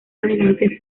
adelante